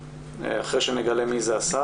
אחרי שנגלה מי זה השר.